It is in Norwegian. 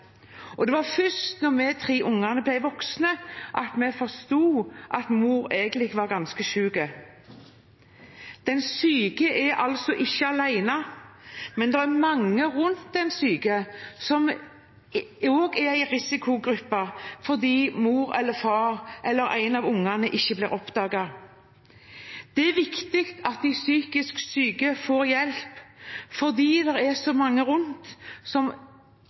og det var først da vi tre ungene ble voksne, at vi forsto at mor egentlig var ganske syk. Den syke er altså ikke alene, men det er mange rundt den syke som også er i en risikogruppe, fordi mor, far eller en av ungene ikke blir oppdaget. Det er viktig at de psykisk syke får hjelp, fordi det er så mange rundt som